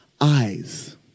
eyes